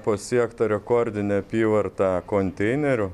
pasiekta rekordinė apyvarta konteinerių